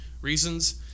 Reasons